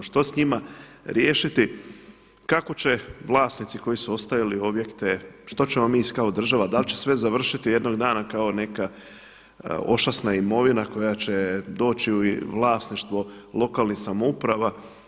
Što s njima riješiti, kako će vlasnici koji su ostavljali objekte, što ćemo mi kao država, da li će sve završiti jednog dana kao neka ošasna imovina koja će doći u vlasništvo lokalnih samouprava?